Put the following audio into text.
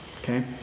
Okay